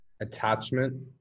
attachment